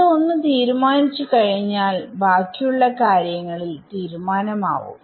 ഇത് ഒന്ന് തീരുമാനിച്ചു കഴിഞ്ഞാൽ ബാക്കിയുള്ള കാര്യങ്ങളിൽ തീരുമാനം ആവും